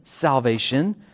salvation